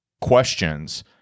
questions